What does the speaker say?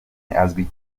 azwi